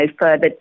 further